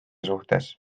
suhtes